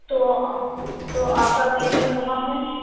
تو آ تو آپ کا کلینک کہاں ہے